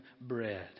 bread